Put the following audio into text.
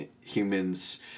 humans